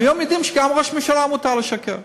היום יודעים שגם ראש הממשלה מותר לו לשקר.